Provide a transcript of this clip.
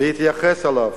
להתייחס אליו,